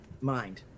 mind